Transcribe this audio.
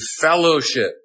fellowship